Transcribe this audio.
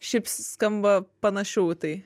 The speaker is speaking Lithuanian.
šiaip skamba panašiau į tai